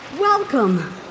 welcome